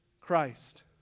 Christ